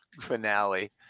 finale